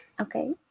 Okay